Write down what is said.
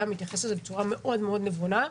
מתייחס לזה בצורה מאוד מאוד נבונה,